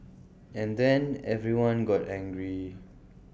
and then everyone got angry